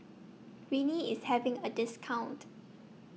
Rene IS having A discount